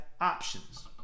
options